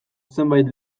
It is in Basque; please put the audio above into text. zenbait